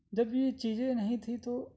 جب یہ چیزیں نہیں تھیں تو